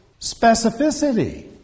specificity